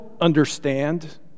understand